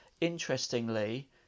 interestingly